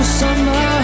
summer